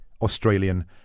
Australian